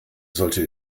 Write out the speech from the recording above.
sollte